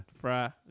Fry